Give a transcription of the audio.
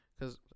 Cause